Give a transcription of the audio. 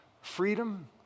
freedom